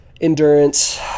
endurance